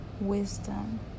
wisdom